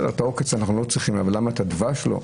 את העוקץ לא צריכים, אבל למה את הדבש לא?